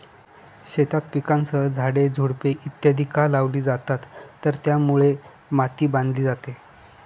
शेतात पिकांसह झाडे, झुडपे इत्यादि का लावली जातात तर त्यामुळे माती बांधली जाते